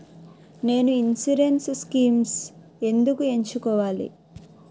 నేను insurance schemes ఎందుకు ఎంచుకోవాలి?